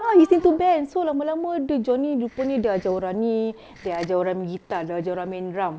ah he's into bands so lama-lama dia join ni rupanya dia ajar orang ni dia ajar orang main guitar dia ajar orang main drum